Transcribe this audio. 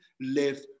live